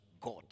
god